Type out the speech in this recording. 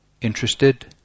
interested